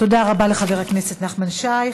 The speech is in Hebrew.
תודה רבה לחבר הכנסת נחמן שי.